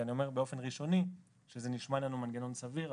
אני אומר באופן ראשוני שזה נשמע לנו מנגנון סביר,